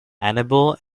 annabelle